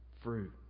fruit